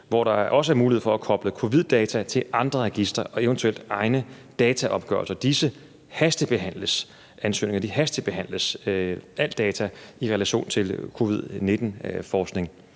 hvor der også er mulighed for at koble covid-19-data til andre registre og eventuelt egne dataopgørelser. Disse ansøgninger hastebehandles, og det gælder al data i relation til covid-19-forskning,